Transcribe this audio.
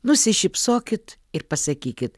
nusišypsokit ir pasakykit